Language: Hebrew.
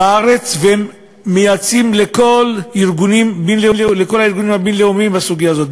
שמייעצים לכל הארגונים הבין-לאומיים בסוגיה הזאת,